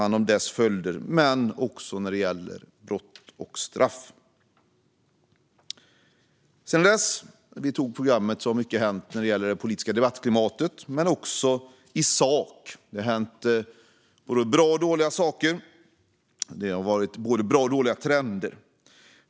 Redovisning av åtgär-der i enlighet med målsättningarna i det nationella brottsföre-byggande programmet Tillsammans mot brott Sedan vi antog programmet har mycket hänt i det politiska debattklimatet men också i sak. Det har hänt både bra och dåliga saker, och det har varit både bra och dåliga trender.